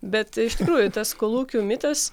bet iš tikrųjų tas kolūkių mitas